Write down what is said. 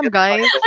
guys